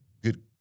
good